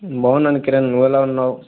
బాగున్నాను కిరణ్ నువ్వెలా ఉన్నావు